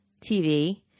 TV